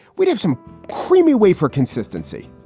we'd have some creamy wayfor consistency.